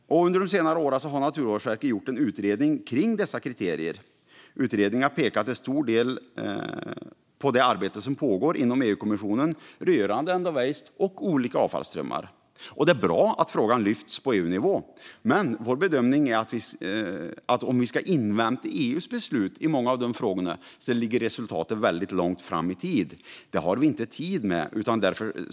Under de senaste åren har Naturvårdsverket gjort en utredning kring dessa kriterier. Utredningen pekade till stor del på det arbete som pågår inom EU-kommissionen rörande end-of-waste och olika avfallsströmmar. Det är bra att frågan lyfts på EU-nivå, men vår bedömning är att om vi ska invänta EU:s beslut i många av dessa frågor ligger resultatet väldigt långt fram i tiden. Det har vi inte tid med.